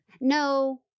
No